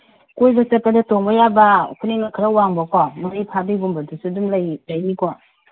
ꯀꯣꯏꯕ ꯆꯠꯄꯗ ꯇꯣꯡꯕ ꯌꯥꯕ ꯈꯨꯅꯤꯡꯒ ꯈꯔ ꯋꯥꯡꯕ ꯃꯔꯤ ꯐꯥꯕꯤꯒꯨꯝꯕꯗꯨꯁꯨ ꯑꯗꯨꯝ ꯂꯩꯅꯤꯀꯣ